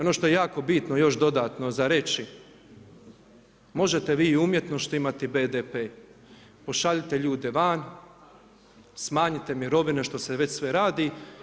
Ono što je jako bitno još dodatno za reći možete vi i umjetno štimati BDP, pošaljite ljude van, smanjite mirovine što se već sve radi.